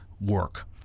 work